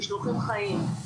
משלוחים חיים.